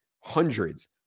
hundreds